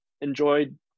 enjoyed